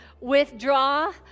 withdraw